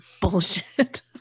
bullshit